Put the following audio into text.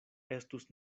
estus